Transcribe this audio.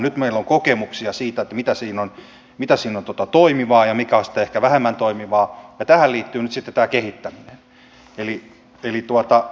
nyt meillä on kokemuksia siitä mikä siinä on toimivaa ja mikä on sitten ehkä vähemmän toimivaa ja tähän liittyy nyt sitten tämä kehittäminen